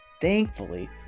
Thankfully